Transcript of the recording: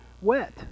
wet